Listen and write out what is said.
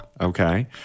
okay